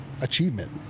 achievement